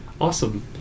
Awesome